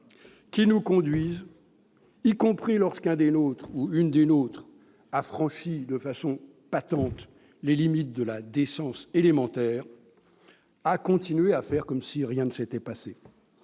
qui nous conduisent, y compris lorsque l'un des nôtres a franchi de façon patente les limites de la décence élémentaire, à faire comme si rien ne s'était passé.